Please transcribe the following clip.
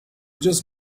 just